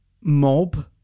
mob